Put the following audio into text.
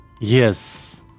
Yes